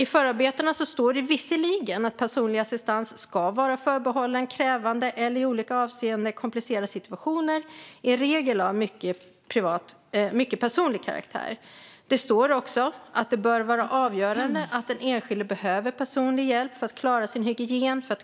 I förarbetena står det visserligen att personlig assistans ska vara förbehållen krävande eller i olika avseenden komplicerade situationer, i regel av mycket personlig karaktär. Det står också att det bör vara avgörande att den enskilde behöver personlig hjälp för att klara sin hygien, för att